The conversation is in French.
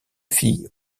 fille